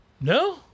No